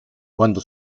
cuando